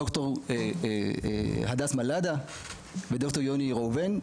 דוקטור הדס מלאדה ודוקטור יוני ראובן,